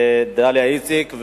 דליה איציק,